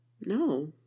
No